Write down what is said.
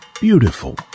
Beautiful